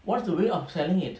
what's the way I'm selling it